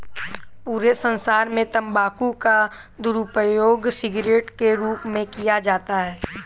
पूरे संसार में तम्बाकू का दुरूपयोग सिगरेट के रूप में किया जाता है